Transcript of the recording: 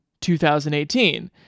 2018